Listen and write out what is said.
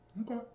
Okay